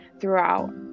throughout